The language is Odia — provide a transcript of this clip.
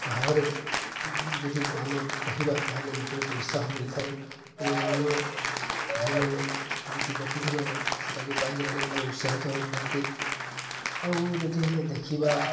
ଭାବରେ ଯଦି ଆମେ କହିବା ତାହେଲେ ଲୋକଙ୍କୁ ଉତ୍ସାହ ମିଳିଥାଏ ଏବଂ ମାନେ ଭାଇମାନେ ଯେଉଁ ଯୁବପିଢ଼ିମାନେ ସେଟାକୁ ବାଇକ୍ ରାଇଡ଼ିଂ ପାଇଁ ଉତ୍ସାହିତ ହୋଇଥାନ୍ତି ଆଉ ଯଦି ଆମେ ଦେଖିବା